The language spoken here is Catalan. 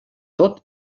tot